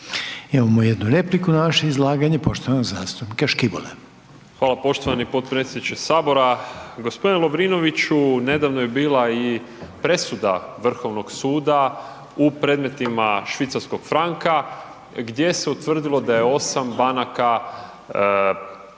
Imamo jednu repliku na vaše izlaganje poštovanog zastupnika Škibole. **Škibola, Marin (Nezavisni)** Hvala poštovani potpredsjedniče Sabora. Gospodine Lovrinoviću nedavno je bila i presuda Vrhovnog suda u predmetima švicarskog franka gdje se utvrdilo da je osam banaka